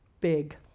Big